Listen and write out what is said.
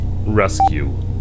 rescue